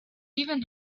even